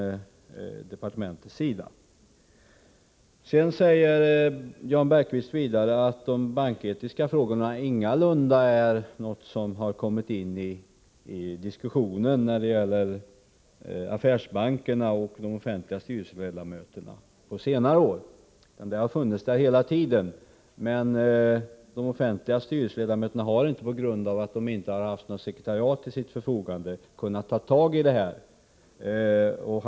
Jan Bergqvist påstår vidare att de banketiska frågorna ingalunda har kommit in i diskussionen när det gäller offentliga styrelserepresentanter i bankerna under senare år. De har funnits där hela tiden, men de offentliga styrelseledamöterna har inte, på grund av att de inte har haft något sekretariat till sitt förfogande, kunnat ta tag i frågorna.